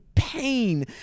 pain